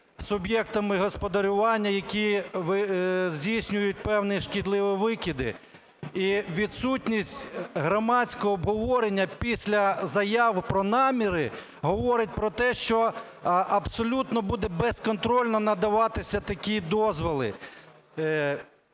суб'єктами господарювання, які здійснюють певні шкідливі викиди. І відсутність громадського обговорення після заяви про наміри говорить про те, що абсолютно будуть безконтрольно надаватися такі дозволи,